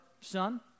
Son